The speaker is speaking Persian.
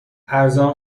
ارزان